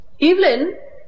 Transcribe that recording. Evelyn